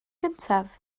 gyntaf